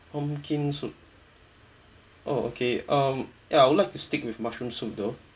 pumpkin soup oh okay um ya I would like to stick with mushroom soup though